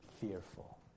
fearful